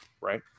right